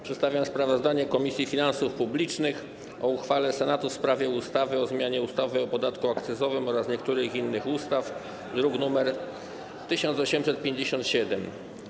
Przedstawiam sprawozdanie Komisji Finansów Publicznych o uchwale Senatu w sprawie ustawy o zmianie ustawy o podatku akcyzowym oraz niektórych innych ustaw, druk nr 1857.